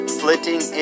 flitting